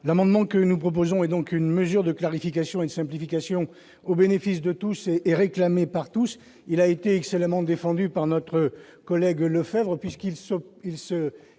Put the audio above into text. L'amendement que nous proposons est une mesure de clarification et de simplification au bénéfice de tous, réclamée par tous. Il a été excellemment défendu par notre collègue Antoine Lefèvre,